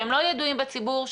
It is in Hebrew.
שהם לא ידועים בציבור,